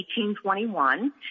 1821